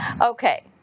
Okay